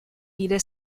lire